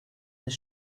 this